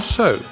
Show